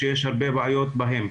שיש הרבה בעיות בהם.